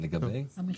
לגבי מה?